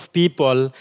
people